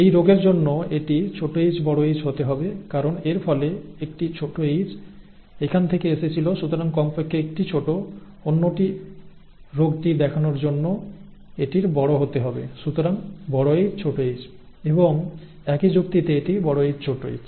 এই রোগের জন্য এটি hH হতে হবে কারণ এর ফলে একটি h এখান থেকে এসেছিল সুতরাং কমপক্ষে একটি ছোট অন্যটি রোগটি দেখানোর জন্য এটির বড় হতে হবে সুতরাং Hh এবং একই যুক্তিতে এটি Hh